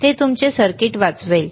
ते तुमचे सर्किट वाचवेल